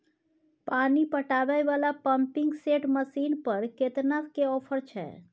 पानी पटावय वाला पंपिंग सेट मसीन पर केतना के ऑफर छैय?